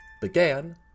began